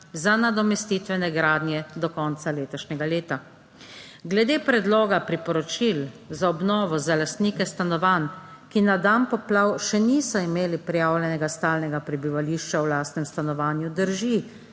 za nadomestitvene gradnje do konca letošnjega leta. Glede predloga priporočil za obnovo za lastnike stanovanj, ki na dan poplav še niso imeli prijavljenega stalnega prebivališča v lastnem stanovanju, drži,